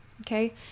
okay